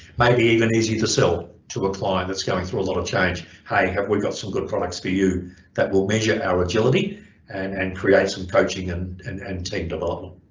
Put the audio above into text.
maybe even easy to sell to a client that's going through a lot of change. hey have we got some good products for you that will measure our agility and and create some coaching and and and development.